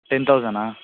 ten thousand